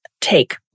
take